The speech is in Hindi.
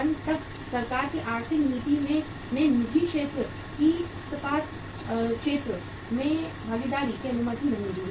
1991 तक सरकार की आर्थिक नीति ने निजी क्षेत्र की इस्पात क्षेत्र में भागीदारी की अनुमति नहीं दी